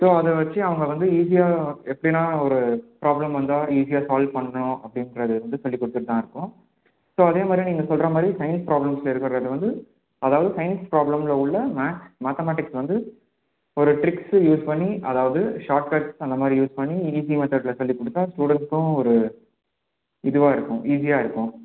so அதை வச்சு அவங்க வந்து ஈஸியாக எப்படின்னா ஒரு ப்ராப்ளம் வந்தா ஈஸியாக சால்வ் பண்ணணும் அப்படிங்குறது வந்து சொல்லிக்கொடுத்துட்டு தான் இருக்கோம் ஸோ அதேமாதிரி நீங்கள் சொல்கிற மாதிரி சைன்ஸ் ப்ராப்ளம்ஸ் ல இருக்கிறது வந்து அதாவது சைன்ஸ் ப்ராப்ளமில் உள்ள மேக்ஸ் மேத்தமேட்டிக்ஸ் வந்து ஒரு ட்ரிக்ஸ் யூஸ் பண்ணி அதாவது ஷார்ட்கட் அந்தமாதிரி யூஸ் பண்ணி ஈஸி மெத்தேர்ட்டில் சொல்லிக்கொடுத்தா ஸ்டூடண்ஸ்க்கும் ஒரு இதுவாக இருக்கும் ஈஸியாக இருக்கும்